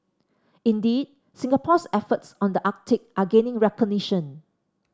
indeed Singapore's efforts on the Arctic are gaining recognition